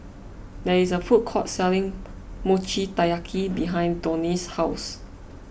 there is a food court selling Mochi Taiyaki behind Donie's house